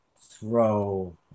throw